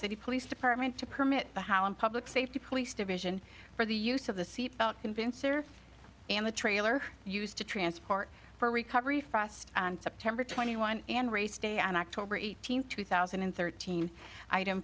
city police department to permit the hauen public safety police division for the use of the seat belt convincer and the trailer used to transport for recovery frost on september twenty one and race day on october eighteenth two thousand and thirteen item